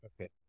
Okay